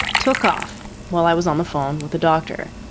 took off while i was on the phone with the doctor.